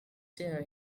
sure